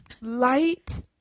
light